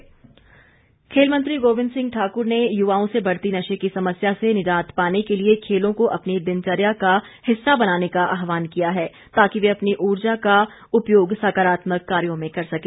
गोविंद ठाकुर खेल मंत्री गोविंद सिंह ठाकुर ने युवाओं से बढ़ती नशे की समस्या से निजात पाने के लिए खेलों को अपनी दिनचर्या का हिस्सा बनाने का आहवान किया है ताकि वे अपनी ऊर्जा का उपयोग सकारात्मक कार्यों में कर सकें